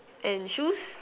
and shoes